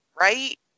right